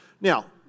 Now